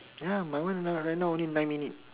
ya my one my one right now only nine minute